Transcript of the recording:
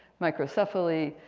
microsuffly,